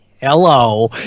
Hello